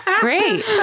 great